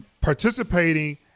Participating